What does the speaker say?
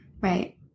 Right